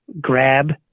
grab